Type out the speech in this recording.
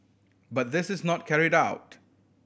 but this is not carried out